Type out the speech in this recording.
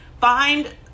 Find